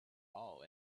all